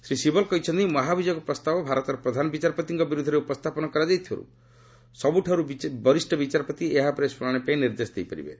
ଶ୍ରୀ ଶିବଲ୍ କହିଛନ୍ତି ମହାଭିଯୋଗ ପ୍ରସ୍ତାବ ଭାରତର ପ୍ରଧାନ ବିଚାରପତିଙ୍କ ବିରୁଦ୍ଧରେ ଉପସ୍ଥାପନ କରାଯାଇଥିବାରୁ ସବୁଠାରୁ ବରିଷ୍ଠ ବିଚାରପତି ଏହା ଉପରେ ଶ୍ରଣାଣିପାଇଁ ନିର୍ଦ୍ଦେଶ ଦେଇପାରିବେ